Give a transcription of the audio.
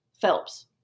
Phelps